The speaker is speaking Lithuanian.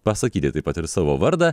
pasakyti taip pat ir savo vardą